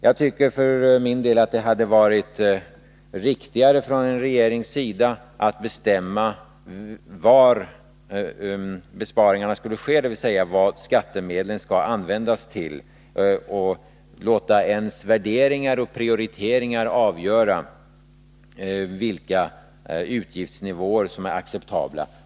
Jag tycker för min del att det vore riktigare om man från regeringens sida bestämde detta, dvs. bestämde vad skattemedlen skall användas till, och lät värderingar och prioriteringar avgöra vilka utgiftsnivåer som är acceptabla.